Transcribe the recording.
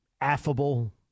affable